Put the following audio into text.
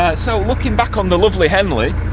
so looking back on the lovely henley